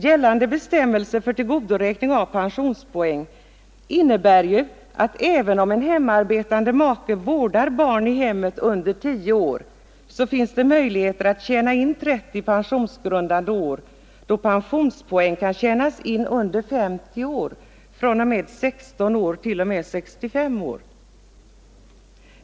Gällande bestämmelser för tillgodoräknande av pensionspoäng innebär nämligen, att . även om en hemmavarande make vårdar barn i hemmet under tio år finns det möjligheter att tjäna in 30 pensionsgrundande år, eftersom pensionspoäng kan tjänas in under 50 år, nämligen fr.o.m. 16 t.o.m. 65 år.